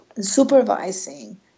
supervising